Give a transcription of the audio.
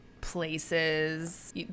places